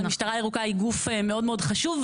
המשטרה הירוקה היא גוף מאוד מאוד חשוב,